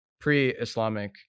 pre-Islamic